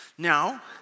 Now